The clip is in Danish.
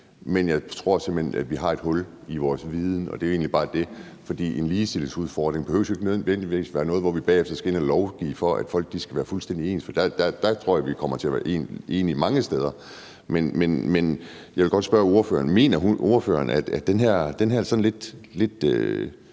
Men jeg tror simpelt hen, at vi har et hul i vores viden, og det er jo egentlig bare det. En ligestillingsudfordring behøver jo ikke nødvendigvis at være noget, hvor vi bagefter skal ind og lovgive om, at folk skal være fuldstændig ens. For der tror jeg at vi kommer til at være enige mange steder. Men jeg vil godt spørge ordføreren, om hun mener, at den her lidt